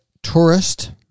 Tourist